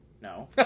No